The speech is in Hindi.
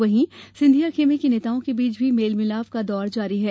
वहीं सिंधिया खेमे के नेताओं के बीच भी मेलमिलाप का दौर जारी है